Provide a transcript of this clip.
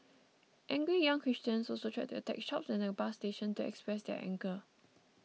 angry young Christians also tried to attack shops and a bus station to express their anger